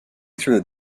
through